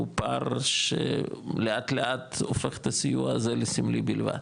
פער שלאט לאט הופך את הסיוע הזה לסמלי בלבד.